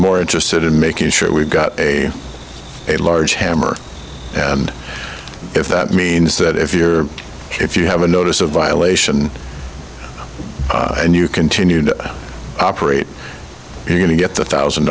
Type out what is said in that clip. more interested in making sure we've got a large hammer and if that means that if you're if you have a notice of violation and you continue to operate you're going to get the thousand